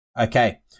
okay